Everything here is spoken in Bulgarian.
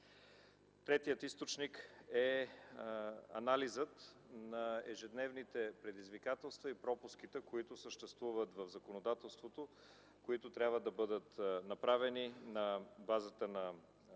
Третият източник е анализът на ежедневните предизвикателства и пропуските, които съществуват в законодателството. Те трябва да бъдат направени на базата на